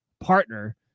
partner